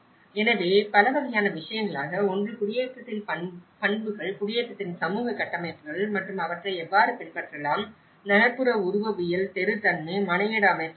எனவே பலவகையான விஷயங்களாக ஒன்று குடியேற்றத்தின் பண்புகள் குடியேற்றத்தின் சமூக கட்டமைப்புகள் மற்றும் அவற்றை எவ்வாறு பின்பற்றலாம் நகர்ப்புற உருவவியல் தெரு தன்மை மனையிட அமைப்புகள் இருக்கும்